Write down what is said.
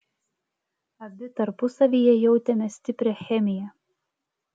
abi tarpusavyje jautėme stiprią chemiją